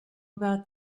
about